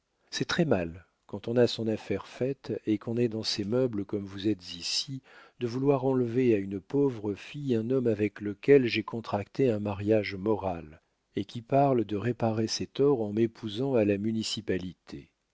elle c'est très-mal quand on a son affaire faite et qu'on est dans ses meubles comme vous êtes ici de vouloir enlever à une pauvre fille un homme avec lequel j'ai contracté un mariage moral et qui parle de réparer ses torts en m'épousant à la mucipalité